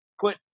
put